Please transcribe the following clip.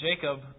Jacob